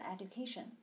education